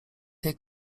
tej